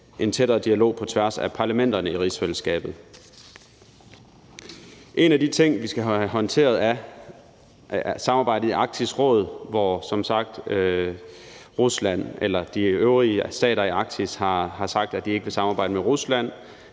en tættere dialog på tværs af parlamenterne i rigsfællesskabet. En af de ting, vi skal have håndteret, er samarbejdet i Arktisk Råd, hvor de øvrige stater i Arktis som sagt har sagt, at de ikke vil samarbejde med Rusland.